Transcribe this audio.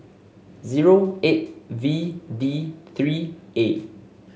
zero eight V D three A